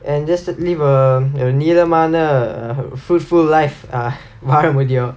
and just live a நீலமான:neelamaana fruitful life err வாழ முடியும்:vaala mudiyuum